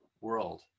world